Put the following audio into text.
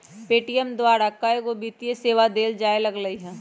Paytm द्वारा कएगो वित्तीय सेवा देल जाय लगलई ह